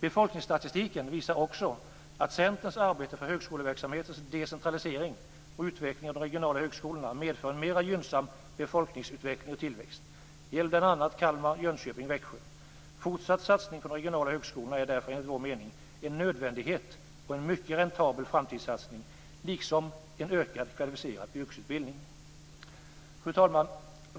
Befolkningsstatistiken visar också att Centerns arbete för högskoleverksamhetens decentralisering och utveckling av de regionala högskolorna medför en mera gynnsam befolkningsutveckling och tillväxt. Det gäller bl.a. Kalmar, Jönköping och Växjö. Fortsatt satsning på de regionala högskolorna är därför enligt vår mening en nödvändighet och en mycket räntabel framtidssatsning, liksom en ökad kvalificerad yrkesutbildning. Fru talman!